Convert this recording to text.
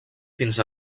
fins